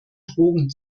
drogen